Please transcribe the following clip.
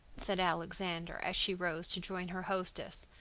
said alexander, as she rose to join her hostess.